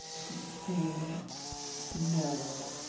mr. kane no.